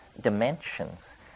dimensions